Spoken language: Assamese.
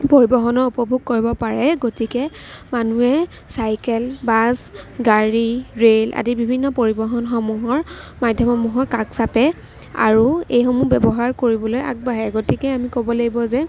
পৰিবহণৰ উপভোগ কৰিব পাৰে গতিকে মানুহে চাইকেল বাছ গাড়ী ৰেল আদি বিভিন্ন পৰিবহণসমূহৰ মাধ্যমসমূহৰ কাষ চাপে আৰু এইসমূহ ব্যৱহাৰ কৰিবলৈ আগবাঢ়ে গতিকে আমি ক'ব লাগিব যে